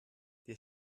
dir